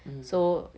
um